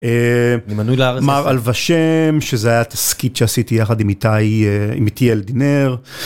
עם מנוי להארץ מר אל ושם שזה היה תסכית שעשיתי יחד עם איתי עם איתיאל דינר.